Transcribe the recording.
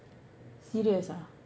serious ah